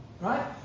Right